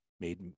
made